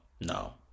no